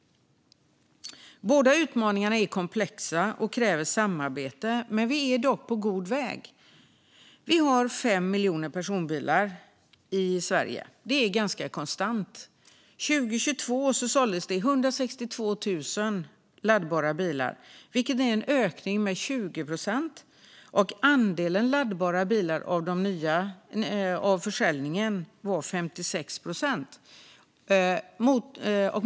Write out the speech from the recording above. Båda utmaningarna är komplexa och kräver samarbete. Vi är dock på god väg. Vi har 5 miljoner personbilar i Sverige. Det är ganska konstant. År 2022 såldes det 162 000 laddbara bilar, vilket är en ökning med 20 procent. Andelen laddbara bilar av försäljningen var 56 procent.